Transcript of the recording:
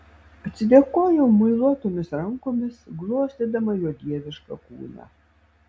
atsidėkojau muiluotomis rankomis glostydama jo dievišką kūną